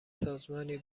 سازمانی